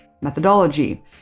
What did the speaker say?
methodology